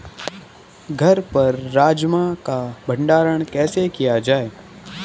घर पर राजमा का भण्डारण कैसे किया जाय?